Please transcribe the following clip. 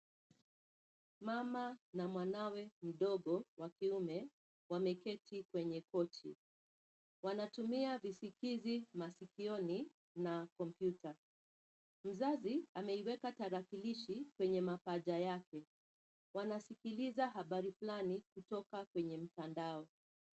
Mama na mwanawe mdogo wa kiume, wameketi kwenye kochi. Wanatumia visikizi masikioni na kompyuta. Mzazi ameiweka tarakilishi kwenye mapaja yake. Wanasikiliza habari fulani kutoka kwenye mtandao.